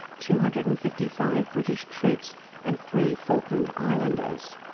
two hundred and fifty five british troops and three falkland islanders.